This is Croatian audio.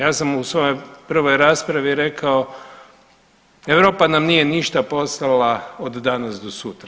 Ja sam u svojoj prvoj raspravi rekao, Europa nam nije ništa poslala od danas do sutra.